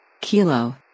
Kilo